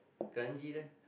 kranji there